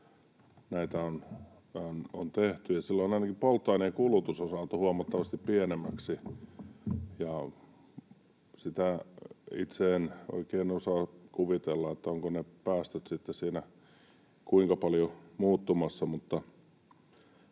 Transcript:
silloin ainakin polttoaineen kulutus on saatu huomattavasti pienemmäksi. Sitä en itse oikein osaa kuvitella, ovatko ne päästöt sitten siinä kuinka paljon muuttumassa,